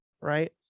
right